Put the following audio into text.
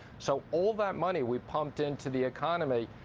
so all that money we pumped into the economy,